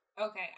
Okay